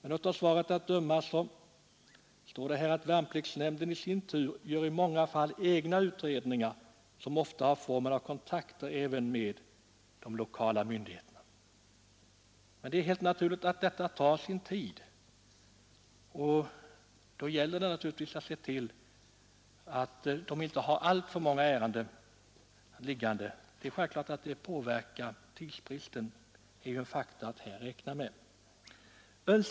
I svaret står det: ”Värnpliktsnämnden i sin tur gör i många fall egen utredning, som ofta har formen av kontakter även med lokala myndigheter.” Detta tar helt naturligt sin tid, och då gäller det att se till att nämnden inte har alltför många ärenden liggande, så att det blir tidsbrist — den är en faktor att räkna med här.